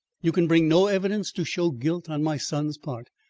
you can bring no evidence to show guilt on my son's part,